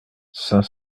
cinq